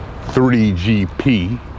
3GP